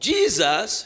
Jesus